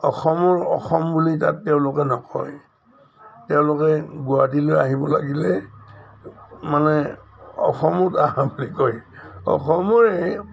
অসমৰ অসম বুলি তাত তেওঁলোকে নকয় তেওঁলোকে গুৱাহাটীলৈ আহিব লাগিলে মানে অসমত হা বুলি কয় অসমৰে